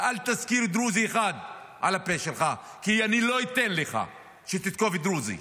ואל תזכיר דרוזי אחד מהפה שלך כי אני לא אתן לך שתתקוף דרוזים.